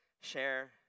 share